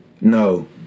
No